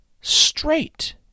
straight